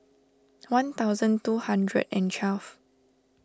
one thousand two hundred and twelve